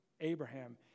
Abraham